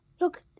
look